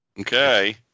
Okay